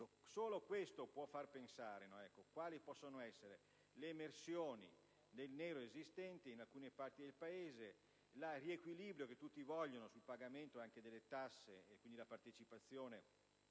Solo questo può far pensare a quali possono essere le emersioni del nero esistente in alcune parti del Paese, il riequilibrio, che tutti desiderano, sul pagamento delle tasse e sulla partecipazione